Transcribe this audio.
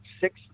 six